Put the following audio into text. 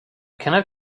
cannot